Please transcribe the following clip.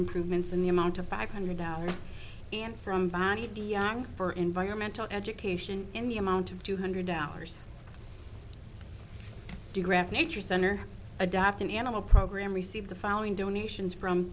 improvements in the amount of five hundred dollars and from danny de young for environmental education in the amount of two hundred dollars digraph nature center adopt an animal program received the following donations from